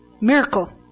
Miracle